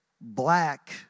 black